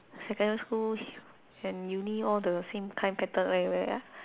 secondary school and uni all the same kind pattern